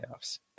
playoffs